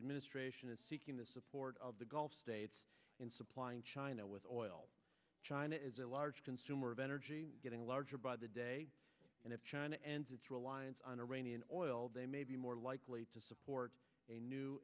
did ministration is seeking the support of the gulf states in supplying china with oil china is a large consumer of energy getting larger by the day and if china ends its reliance on iranian oil they may be more likely to support a new